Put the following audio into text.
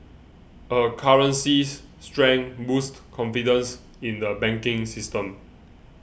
a currency's strength boosts confidence in the banking system